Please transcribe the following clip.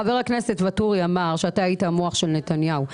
חבר הכנסת ואטורי אמר שאתה היית המוח של נתניהו.